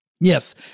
Yes